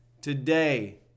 Today